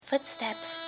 Footsteps